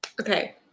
Okay